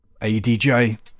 ADJ